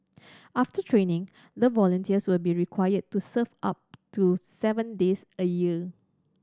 after training the volunteers will be required to serve up to seven days a year